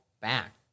back